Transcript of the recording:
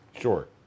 Sure